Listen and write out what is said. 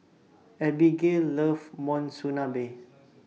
Abigayle loves Monsunabe